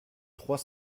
trois